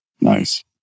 Nice